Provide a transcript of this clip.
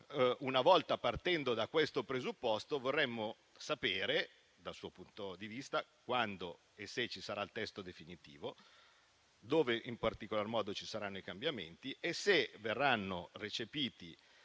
Pertanto, partendo da questo presupposto, vorremmo sapere dal suo punto di vista, quando e se ci sarà il testo definitivo, dove in particolar modo ci saranno i cambiamenti, e se verranno recepiti